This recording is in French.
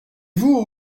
vous